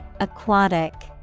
Aquatic